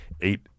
eight